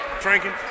Drinking